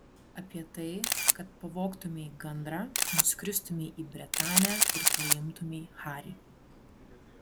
apie tai kad pavogtumei gandrą nuskristumei į bretanę ir paimtumei harį